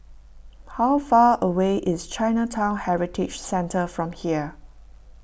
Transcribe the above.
how far away is Chinatown Heritage Centre from here